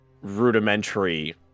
rudimentary